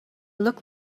look